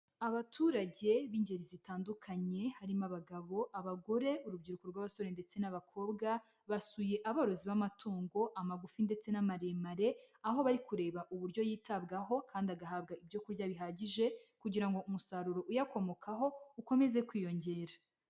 Abaturage b'ingeri zitandukanye harimo abagabo, abagore, urubyiruko rw'abasore ndetse n'abakobwa, basuye aborozi b'amatungo, amagufi ndetse n'amaremare, aho bari kureba uburyo yitabwaho kandi agahabwa ibyo kurya bihagije kugira ngo umusaruro uyakomokaho ukomeze kwiyongera.